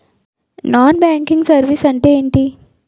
Non banking services అంటే ఎంటి?